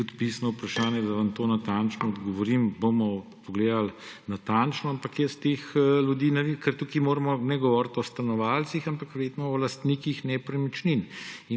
tudi pisno vprašanje, da vam na to natančno odgovorim, bomo pogledali natančno. Ampak jaz teh ljudi … Ker tukaj ne moramo govoriti o stanovalcih, ampak verjetno o lastnikih nepremičnin.